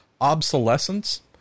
obsolescence